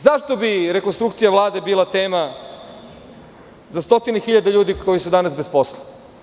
Zašto bi rekonstrukcija Vlade bila tema za stotine hiljada ljudi koji su danas bez posla?